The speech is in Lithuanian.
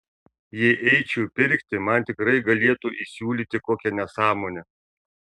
jei eičiau pirkti man tikrai galėtų įsiūlyti kokią nesąmonę